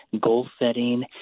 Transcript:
goal-setting